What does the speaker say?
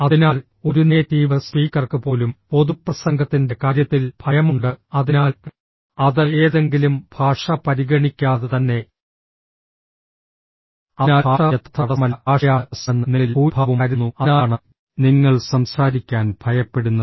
അതിനാൽ ഒരു നേറ്റീവ് സ്പീക്കർക്ക് പോലും പൊതുപ്രസംഗത്തിൻറെ കാര്യത്തിൽ ഭയം ഉണ്ട് അതിനാൽ അത് ഏതെങ്കിലും ഭാഷ പരിഗണിക്കാതെ തന്നെ അതിനാൽ ഭാഷ യഥാർത്ഥ തടസ്സമല്ല ഭാഷയാണ് പ്രശ്നമെന്ന് നിങ്ങളിൽ ഭൂരിഭാഗവും കരുതുന്നു അതിനാലാണ് നിങ്ങൾ സംസാരിക്കാൻ ഭയപ്പെടുന്നത്